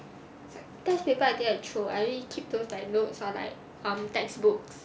test paper I think I throw I only keep those like notes or like um textbooks